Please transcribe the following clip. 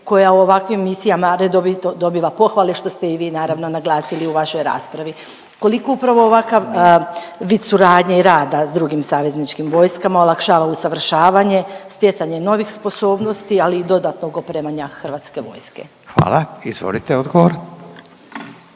koja u ovakvim misijama redovito dobiva pohvale što ste i vi naravno naglasili u vašoj raspravi. Koliko upravo ovakav vid suradnje i rada s drugim savezničkim vojskama olakšava usavršavanje, stjecanje novih sposobnosti, ali i dodatnog opremanja hrvatske vojske? **Radin, Furio